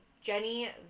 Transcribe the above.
Jenny